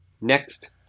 Next